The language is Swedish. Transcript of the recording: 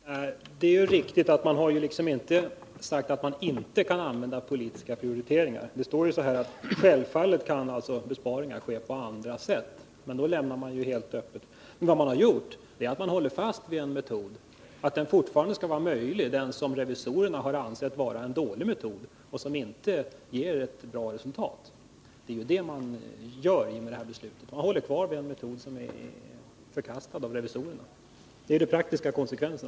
Herr talman! Det är riktigt att man inte har sagt att man inte kan använda politiska prioriteringar. Det står i betänkandet att besparingarna ”kan självfallet ske också på helt andra sätt”. Då lämnar man detta helt öppet. Men man håller fast vid att den metod som revisorerna ansett vara dålig och inte särskilt verkningsfull fortfarande skall vara möjlig att använda. Det man kommer att göra i och med det här beslutet är att ha kvar en metod som är förkastad av revisorerna. Det är den praktiska konsekvensen.